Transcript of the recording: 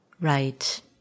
Right